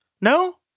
No